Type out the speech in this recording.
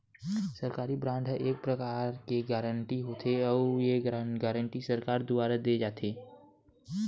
सरकारी बांड ह एक परकार के गारंटी होथे, अउ ये गारंटी सरकार दुवार देय जाथे